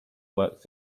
worked